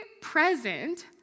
present